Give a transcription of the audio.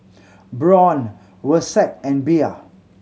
Braun Versace and Bia